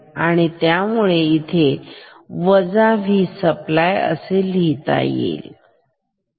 आणि त्यामुळे इथे मी वजा V सप्लाय असे लिहू शकतो